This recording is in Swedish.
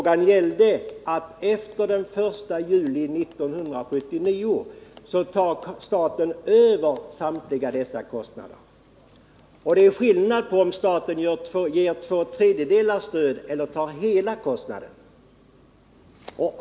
Den gällde att efter den 1 juli 1979 tar staten över samtliga kostnader, och det är skillnad på om staten ersätter två tredjedelar eller om den tar hela kostnaden.